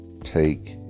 take